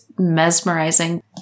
mesmerizing